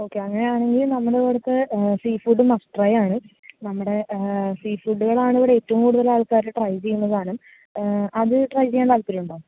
okay അങ്ങനെയാണെങ്കിൽ നമ്മുടെ ഇവിടുത്തെ സീ ഫുഡ് മസ്റ്റ് ട്രൈ ആണ് നമ്മുടെ സീ ഫുഡുകളാണ് ഇവിടെ ഏറ്റവും കൂടുതൽ ആൾക്കാർ ട്രൈ ചെയ്യുന്ന സാധനം അത് ട്രൈ ചെയ്യാൻ താല്പര്യം ഉണ്ടോ